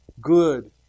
Good